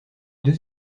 deux